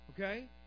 Okay